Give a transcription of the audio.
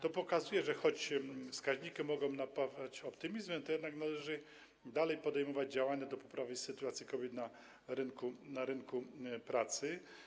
To pokazuje, że choć wskaźniki mogą napawać optymizmem, to jednak należy dalej podejmować działania zmierzające do poprawy sytuacji kobiet na rynku pracy.